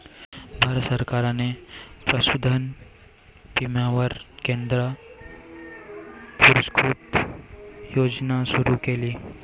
भारत सरकारने पशुधन विम्यावर केंद्र पुरस्कृत योजना सुरू केली